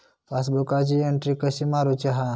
पासबुकाची एन्ट्री कशी मारुची हा?